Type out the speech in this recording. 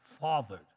fathered